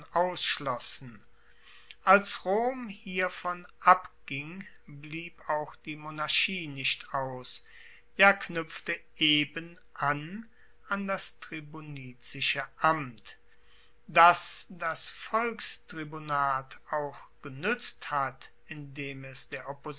ausschlossen als rom hiervon abging blieb auch die monarchie nicht aus ja knuepfte eben an an das tribunizische amt dass das volkstribunat auch genuetzt hat indem es der